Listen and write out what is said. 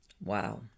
Wow